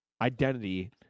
Identity